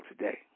today